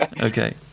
okay